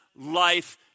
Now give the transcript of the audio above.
life